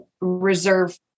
reserve